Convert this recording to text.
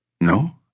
No